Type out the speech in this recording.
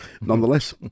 Nonetheless